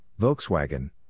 Volkswagen